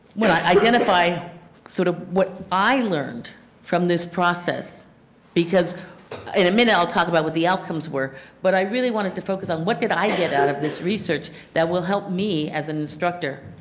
when i identify sort of what i learned from this process because in a minute i will talk about what the outcomes were but i really want to focus on what did i get out of this research that will help me as an instructor?